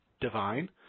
divine